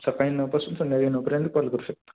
सकाळी नऊपासून संध्याकाळी नऊपर्यंत कॉल करू शकता